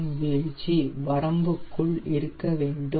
M வீழ்ச்சி வரம்புக்குள் இருக்க வேண்டும்